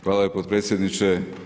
Hvala potpredsjedniče.